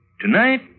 Tonight